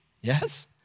Yes